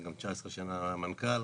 19 שנה אני מנכ"ל,